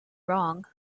wrong